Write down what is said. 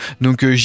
donc